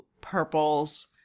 purples